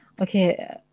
Okay